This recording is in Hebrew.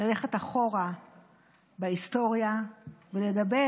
ללכת אחורה בהיסטוריה ולדבר